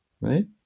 right